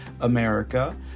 America